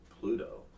Pluto